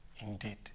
indeed